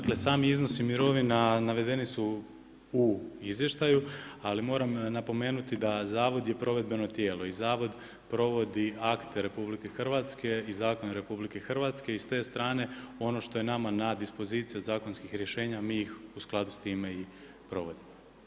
Dakle, sami iznosi mirovina navedeni su u izvještaju, ali moram napomenuti, da Zavod je provedbeno tijelo i Zavod provodi akte RH i Zakon RH i s te strane, ono što je nama na dispoziciju zakonskih rješenja, mi ih u skladu s time i provodimo.